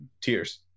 tears